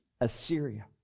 assyria